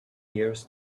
years